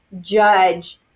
judge